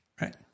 Right